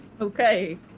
Okay